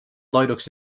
linux